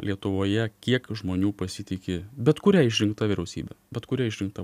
lietuvoje kiek žmonių pasitiki bet kuria išrinkta vyriausybe bet kuria išrinkta